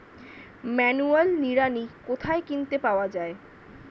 Manual নিড়ানি কোথায় কিনতে পাওয়া যায়?